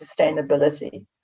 sustainability